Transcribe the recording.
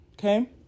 Okay